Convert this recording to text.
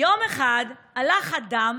הלך אדם